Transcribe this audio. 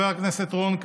2021,